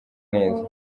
neza